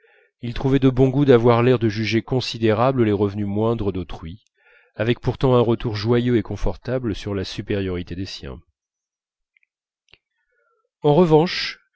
il trouvait de bon goût d'avoir l'air de juger considérables les revenus moindres d'autrui avec pourtant un retour joyeux et confortable sur la supériorité des siens en revanche